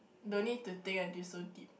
don't need to think until so deep